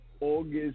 August